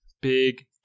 big